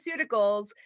Pharmaceuticals